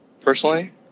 personally